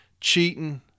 cheating